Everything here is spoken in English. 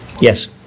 Yes